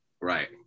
Right